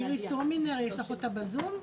איריס הומינר, יש לך אותה בזום?